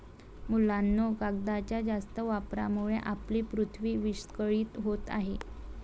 मुलांनो, कागदाच्या जास्त वापरामुळे आपली पृथ्वी विस्कळीत होत आहे